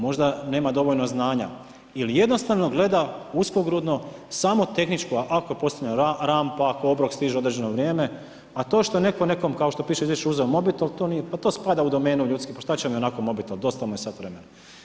Možda nema dovoljno znanja ili jednostavno gleda uskogrudno samo tehničko, ako postaje rampa, ako obrok stiže u određeno vrijeme, a to što je neko nekom kao što piše u izvješću, uzeo mobitel, pa to spada u domenu ljudskih, pa šta će mu ionako mobitel, dosta mu je sat vremena.